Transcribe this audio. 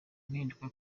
impinduka